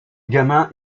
gamins